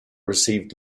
received